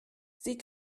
sie